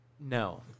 No